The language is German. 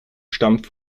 stammt